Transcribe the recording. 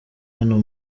hano